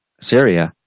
Syria